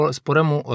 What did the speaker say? sporemu